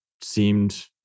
seemed